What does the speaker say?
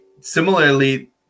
similarly